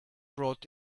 brought